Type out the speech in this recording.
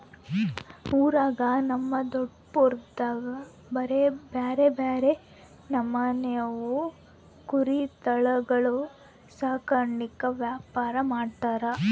ಊರಾಗ ನಮ್ ದೊಡಪ್ನೋರ್ದು ಬ್ಯಾರೆ ಬ್ಯಾರೆ ನಮೂನೆವು ಕುರಿ ತಳಿಗುಳ ಸಾಕಾಣಿಕೆ ವ್ಯಾಪಾರ ಮಾಡ್ತಾರ